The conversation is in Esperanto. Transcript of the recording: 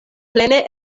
plene